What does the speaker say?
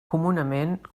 comunament